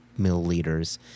milliliters